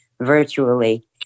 virtually